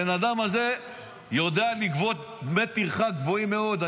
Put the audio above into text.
הבן אדם הזה יודע לגבות דמי טרחה גבוהים מאוד.